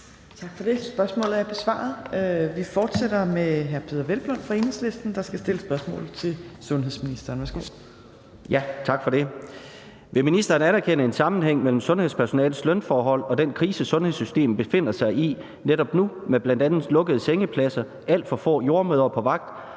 Tak for det. Spørgsmålet er besvaret. Vi fortsætter med hr. Peder Hvelplund fra Enhedslisten, der skal stille spørgsmål til sundhedsministeren. Kl. 15:37 Spm. nr. S 67 (omtrykt) 7) Til sundhedsministeren af: Peder Hvelplund (EL): Vil ministeren anerkende en sammenhæng mellem sundhedspersonalets lønforhold og den krise, sundhedssystemet befinder sig i netop nu med bl.a. lukkede sengepladser, alt for få jordemødre på vagt